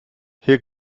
hier